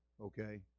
Okay